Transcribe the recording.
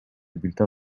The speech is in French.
bulletin